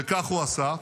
וכך הוא עשה.